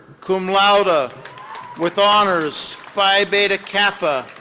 cum laude ah with honors, phi beta kappa.